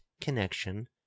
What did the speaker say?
connection